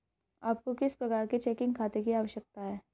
आपको किस प्रकार के चेकिंग खाते की आवश्यकता है?